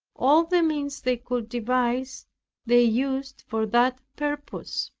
all the means they could devise they used for that purpose.